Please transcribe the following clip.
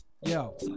Yo